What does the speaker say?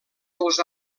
dels